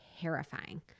terrifying